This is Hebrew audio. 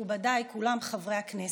מכובדיי כולם, חברי הכנסת,